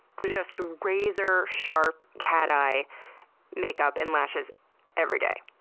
just, razor-sharp cat-eye makeup and lashes every day.